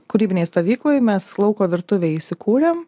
kūrybinėj stovykloj mes lauko virtuvėj įsikūrėm